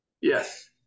Yes